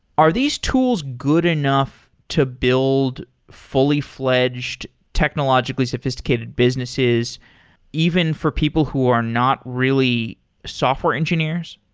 are these tools good enough to build fully fledged, technologically sophisticated businesses even for people who are not really software engineers?